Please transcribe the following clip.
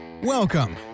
Welcome